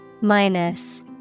Minus